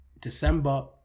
december